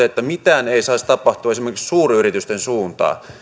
että mitään ei saisi tapahtua esimerkiksi suuryritysten suuntaan